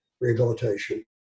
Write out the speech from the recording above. rehabilitation